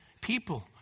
people